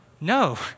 no